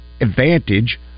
advantage